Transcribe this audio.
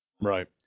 right